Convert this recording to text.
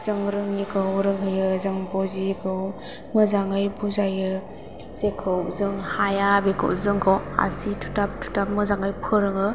जों रोङैखौ रोंहोयो जों बुजियैखौ मोजाङै बुजायो जेखौ जों हाया बेखौ जोंखौ आसि थुथाब थुथाब मोजाङै फोरोङो आरो